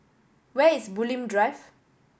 where is Bulim Drive